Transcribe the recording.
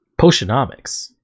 Potionomics